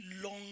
long